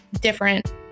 different